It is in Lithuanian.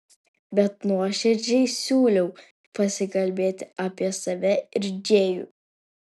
bet nuoširdžiai siūliau pasikalbėti apie save ir džėjų